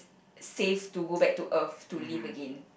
safe to go back to earth to live again